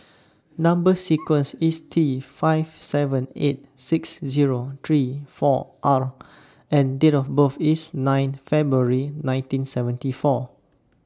Number sequence IS T five seven eight six Zero three four R and Date of birth IS nine February nineteen seventy four